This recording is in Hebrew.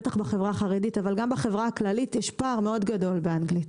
בטח בחברה החרדית אבל גם בחברה הכללית יש פער מאוד גדול באנגלית.